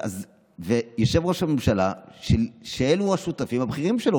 יושב ראש הממשלה שאלו השותפים הבכירים שלו,